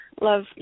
love